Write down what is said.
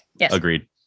Agreed